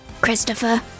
Christopher